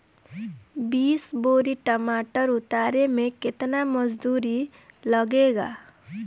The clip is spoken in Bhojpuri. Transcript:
बीस बोरी टमाटर उतारे मे केतना मजदुरी लगेगा?